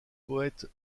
poète